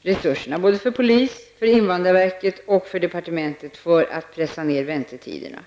resurserna för polisen, invandrarverket och departementet för att pressa ned väntetiderna.